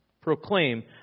proclaim